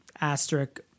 asterisk